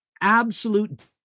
absolute